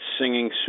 singing